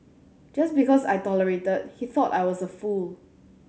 just because I tolerated he thought I was a fool